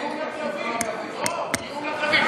דיור לכלבים,